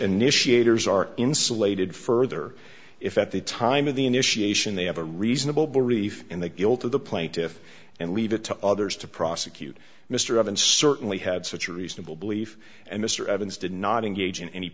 initiators are insulated further if at the time of the initiation they have a reasonable belief in the guilt of the plaintiffs and leave it to others to prosecute mr evans certainly had such reasonable belief and mr evans did not engage in any